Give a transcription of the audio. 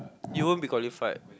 you won't be qualified